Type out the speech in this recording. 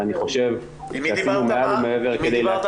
ואני חושב שעשינו מעל ומעבר כדי להציע